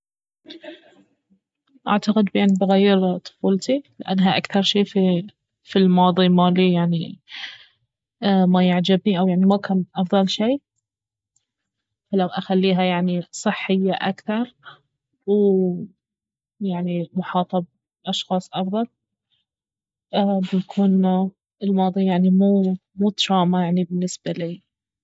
اعتقد اني بغير طفولتي لانها اكثر شي في- في الماضي مالي يعني ما يعجبني او يعني ما كان افضل شي فلو اخليها يعني صحية اكثر ويعني محاطة باشخاص افضل بيكون الماضي يعني مو تراما يعني بالنسبة لي